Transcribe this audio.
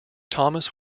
thomas